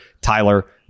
Tyler